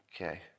Okay